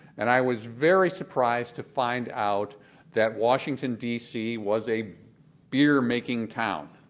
and i was very surprised to find out that washington, d c. was a beer-making town.